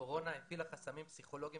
הקורונה הטילה חסמים פסיכולוגיים